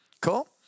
cool